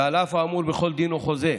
ועל אף האמור בכל דין או חוזה,